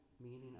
meaning